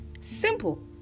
Simple